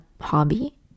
hobby